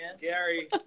Gary